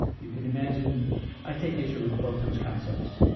you can imagine i take issue with both those concepts.